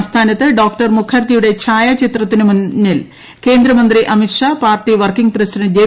ആസ്ഥാനത്ത് ഡോക്ടർ മുഖർജിയുടെ ഛായാചിത്രത്തിനുമുന്നിൽ കേന്ദ്രമന്ത്രി Amit Shah party working president J